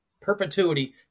perpetuity